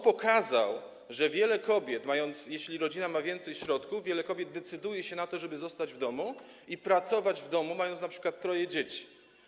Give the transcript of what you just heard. Pokazał on, że wtedy gdy rodzina ma więcej środków, wiele kobiet decyduje się na to, żeby zostać w domu i pracować w domu, mając np. troje dzieci.